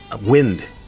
Wind